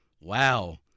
Wow